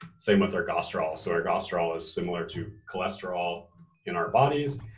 same with ergosterol. so ergosterol is similar to cholesterol in our bodies,